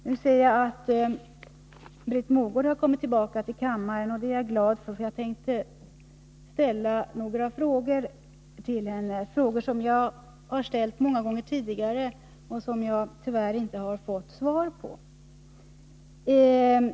Nu ser jag att Britt Mogård har kommit tillbaka till kammaren, och det är jag glad för, eftersom jag tänkte ställa några frågor till henne — frågor som jag har ställt många gånger tidigare men som jag tyvärr inte har fått något svar på.